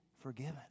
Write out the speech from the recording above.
forgiven